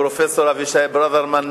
הפרופסור אבישי ברוורמן,